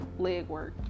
legwork